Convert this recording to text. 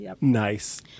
Nice